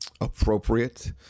appropriate